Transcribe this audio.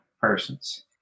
persons